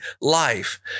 life